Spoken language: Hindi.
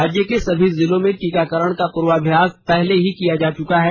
राज्य के सभी जिलों में टीकाकरण का पूर्वाभ्यास पहले ही किया जा चुका है